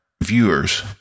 viewers